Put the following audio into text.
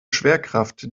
schwerkraft